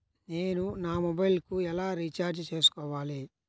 నేను నా మొబైల్కు ఎలా రీఛార్జ్ చేసుకోవాలి?